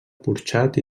porxat